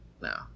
No